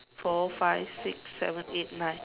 four five six seven eight nine